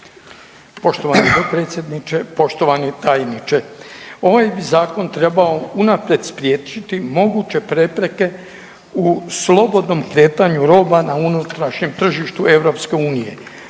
Poštovani dopredsjedniče, poštovani tajniče, ovaj bi zakon trebao unaprijed spriječiti moguće prepreke u slobodnom kretanju roba na unutrašnjem tržištu EU.